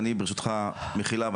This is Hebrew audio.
אני ברשותך מחילה,